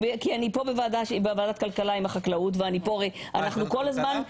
כאן בוועדת הכלכלה עם החקלאות ואני בוועדה הזאת.